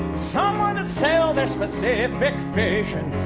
someone to sell their specific vision,